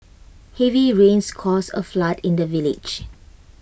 heavy rains caused A flood in the village